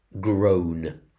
Groan